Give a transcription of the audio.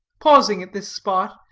pausing at this spot,